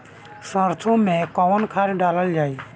सरसो मैं कवन खाद डालल जाई?